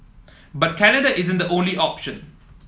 but Canada isn't the only option